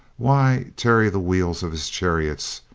why tarry the wheels of his chariots,